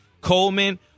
Coleman